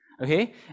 Okay